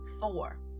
Four